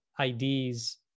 IDs